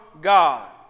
God